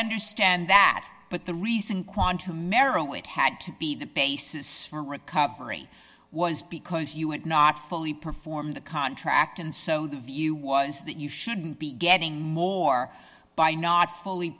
understand that but the reason quantum arrow it had to be the basis for recovery was because you had not fully performed the contract and so the view was that you shouldn't be getting more by not fully